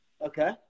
okay